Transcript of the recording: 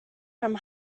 from